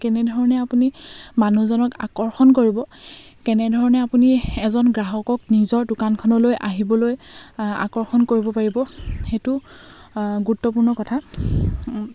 কেনেধৰণে আপুনি মানুহজনক আকৰ্ষণ কৰিব কেনেধৰণে আপুনি এজন গ্ৰাহকক নিজৰ দোকানখনলৈ আহিবলৈ আকৰ্ষণ কৰিব পাৰিব সেইটো গুৰুত্বপূৰ্ণ কথা